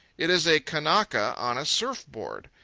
it is a kanaka on a surf-board.